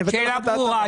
אני אבטל --- שאלה ברורה.